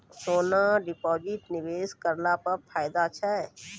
सोना deposit निवेश करला से फैदा छै?